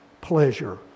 pleasure